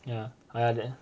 yeah yeah that